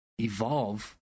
evolve